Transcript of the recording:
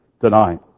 tonight